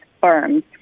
firms